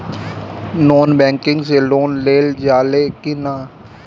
Non banking से loan लेल जा ले कि ना?